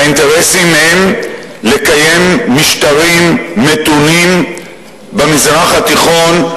והאינטרסים הם לקיים משטרים מתונים במזרח התיכון,